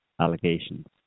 allegations